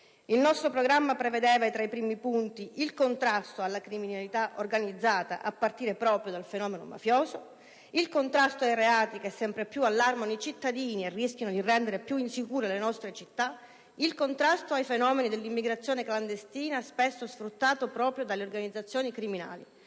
Il nostro programma prevedeva tra i primi punti il contrasto alla criminalità organizzata, a partire proprio dal fenomeno mafioso, ai reati che sempre più allarmano i cittadini e rischiano di rendere più insicure le nostre città e al fenomeno dell'immigrazione clandestina, spesso sfruttato proprio dalle organizzazioni criminali.